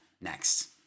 next